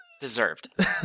deserved